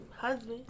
husband